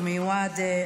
הוא מיועד,